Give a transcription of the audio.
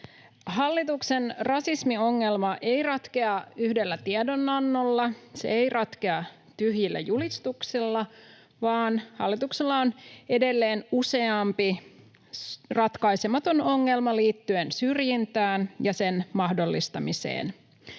Hallituksen rasismiongelma ei ratkea yhdellä tiedonannolla, se ei ratkea tyhjillä julistuksilla, vaan hallituksella on edelleen useampi ratkaisematon ongelma liittyen syrjintään ja sen mahdollistamiseen.